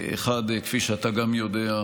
1. כפי שגם אתה יודע,